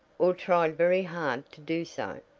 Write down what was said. or tried very hard to do so.